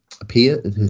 appear